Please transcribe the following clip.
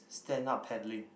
stand up paddling